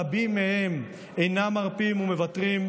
רבים מהם אינם מרפים ומוותרים,